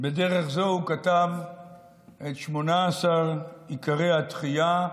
בדרך זו הוא כתב את 18 עיקרי התחייה.